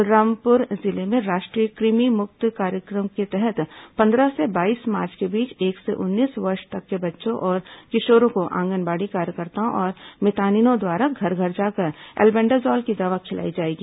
बलरामपुर जिले में राष्ट्रीय कृमि मुक्ति कार्यक्रम के तहत पंद्रह से बाईस मार्च के बीच एक से उन्नीस वर्ष तक के बच्चों और किशोरों को आंगनबाड़ी कार्यकर्ताओं और मितानिनों द्वारा घर घर जाकर एल्बेंडाजॉल की दवा खिलाई जाएगी